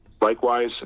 Likewise